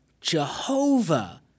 Jehovah—